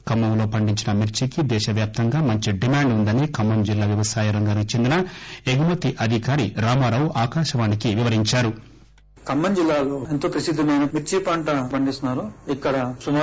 ఖమ్మంలో పండించిన మిర్చి కి దేశవ్యాప్తంగా మంచి డిమాండ్ ఉందని ఖమ్మం జిల్లా వ్యవసాయ రంగానికి చెందిన ఎగుమతి అధికారి రామారావు ఆకాశవాణికి వివరించారు